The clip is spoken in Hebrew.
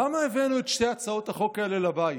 למה הבאנו את שתי הצעות החוק האלה לבית?